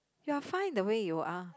you are fine the way you are